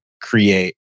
create